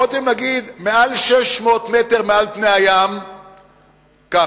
יכולתם להגיד, מעל 600 מטר מעל פני הים, ככה,